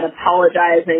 apologizing